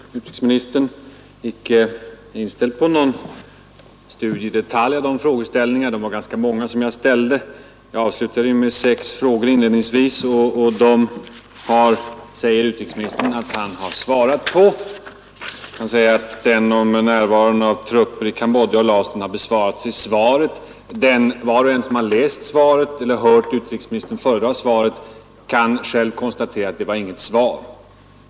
Fru talman! Det är uppenbart att utrikesministern inte är inställd på några detaljstudier av de frågor — det var ganska många — som jag ställde. Jag avslutade inledningsvis med sex frågor, och utrikesministern säger att han har svarat på dem. Han säger att frågan om närvaron av nordvietnamesiska trupper i Cambodja och Laos har besvarats i svaret. Var och en som läst svaret eller hört utrikesministern föredra det kan själv konstatera att det inte var något svar i egentlig mening.